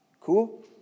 Cool